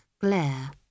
glare